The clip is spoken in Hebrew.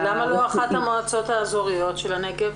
למה לא אחת המועצות האזוריות של הנגב?